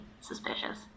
suspicious